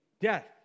death